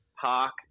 park